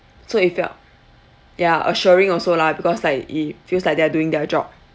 so it felt yeah assuring also lah because like it feels like they are doing their job